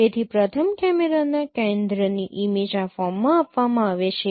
તેથી પ્રથમ કેમેરાના કેન્દ્રની ઇમેજ આ ફોર્મમાં આપવામાં આવે છે